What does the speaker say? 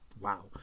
Wow